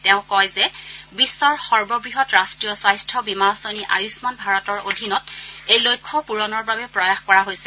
তেওঁ কয় যে বিশ্বৰ সৰ্ববহৎ ৰাষ্ট্ৰীয় স্বাস্থ্য বীমা আঁচনি আয়ূল্লান ভাৰতৰ অধীনত এই লক্ষ্য পূৰণৰ বাবে প্ৰয়াস কৰা হৈছে